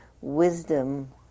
wisdom